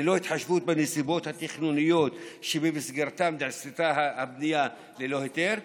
ללא התחשבות בנסיבות התכנוניות שבמסגרתן נעשתה הבנייה לא ההיתר,